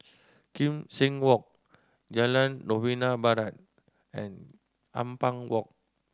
Kim Seng Walk Jalan Novena Barat and Ampang Walk